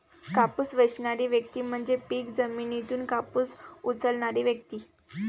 कापूस वेचणारी व्यक्ती म्हणजे पीक जमिनीतून कापूस उचलणारी व्यक्ती